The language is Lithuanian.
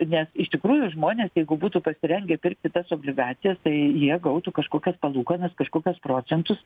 nes iš tikrųjų žmonės jeigu būtų pasirengę pirkti tas obligacijas tai jie gautų kažkokias palūkanas kažkokias procentus